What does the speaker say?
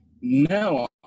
No